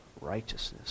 righteousness